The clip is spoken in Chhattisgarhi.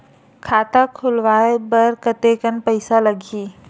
खाता खुलवाय बर कतेकन पईसा लगही?